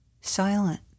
silent